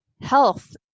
health